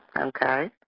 Okay